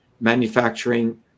manufacturing